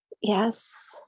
yes